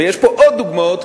ויש פה עוד דוגמאות,